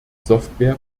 software